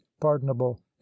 pardonable